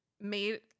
made